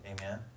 amen